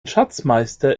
schatzmeister